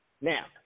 Now